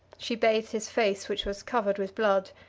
she bathed his face, which was covered with blood,